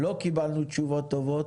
לא קיבלנו תשובות טובות.